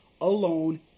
alone